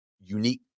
unique